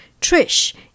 Trish